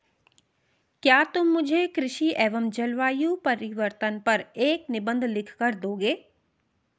क्या तुम मुझे कृषि एवं जलवायु परिवर्तन पर एक निबंध लिखकर दोगे?